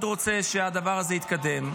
אני מאוד רוצה שהדבר הזה יתקדם.